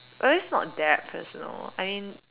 oh it's not that personal I mean